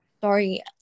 sorry